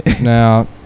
Now